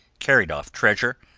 carried off treasure,